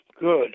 good